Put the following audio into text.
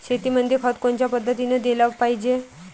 शेतीमंदी खत कोनच्या पद्धतीने देलं पाहिजे?